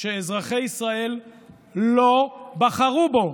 שאזרחי ישראל לא בחרו בו,